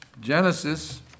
Genesis